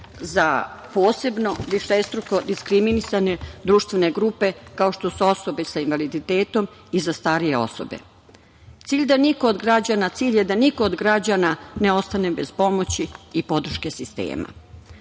za posebno višestruko diskriminisane društvene grupe kao što su osobe sa invaliditetom i za starije osobe. Cilj je da niko od građana ne ostane bez pomoći i podrške sistema. Podaci